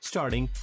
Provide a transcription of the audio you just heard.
Starting